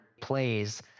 plays